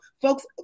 Folks